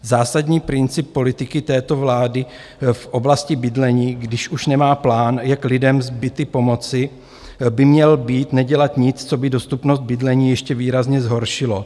Zásadní princip politiky této vlády v oblasti bydlení, když už nemá plán, jak lidem s byty pomoci, by měl být nedělat nic, co by dostupnost bydlení ještě výrazně zhoršilo.